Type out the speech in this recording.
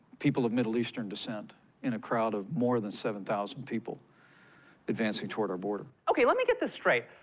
people of middle eastern descent in a crowd of more than seven thousand people advancing toward our border. okay, let me get this straight.